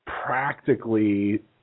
practically